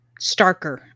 starker